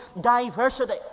diversity